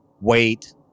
wait